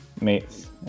mates